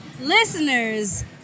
listeners